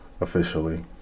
officially